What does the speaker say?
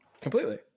Completely